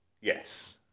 Yes